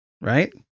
Right